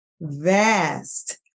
vast